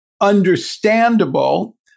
understandable